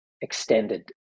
extended